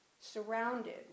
surrounded